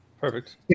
Perfect